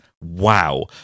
Wow